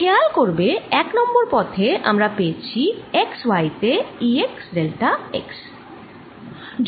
খেয়াল করবে 1 নং পথে আমরা পেয়েছি x y তে E x ডেল্টা x